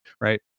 right